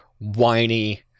whiny